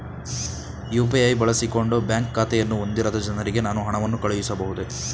UPI ಬಳಸಿಕೊಂಡು bank ಖಾತೆಯನ್ನು ಹೊಂದಿರದ ಜನರಿಗೆ ನಾನು ಹಣವನ್ನು ಕಳುಹಿಸಬಹುದೇ?